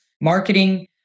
marketing